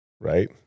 right